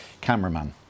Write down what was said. cameraman